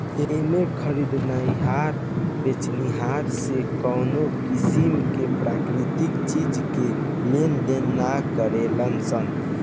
एमें में खरीदनिहार बेचनिहार से कवनो किसीम के प्राकृतिक चीज के लेनदेन ना करेलन सन